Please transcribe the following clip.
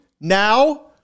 now